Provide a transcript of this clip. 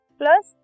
plus